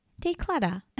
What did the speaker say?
declutter